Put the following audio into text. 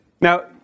Now